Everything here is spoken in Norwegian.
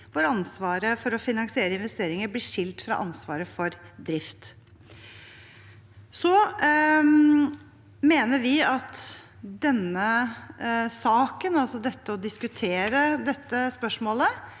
hvor ansvaret for å finansiere investeringer blir skilt fra ansvaret for drift. Vi mener også at denne saken, altså det å diskutere dette spørsmålet,